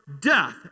death